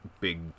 big